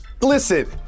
Listen